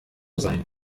sein